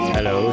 Hello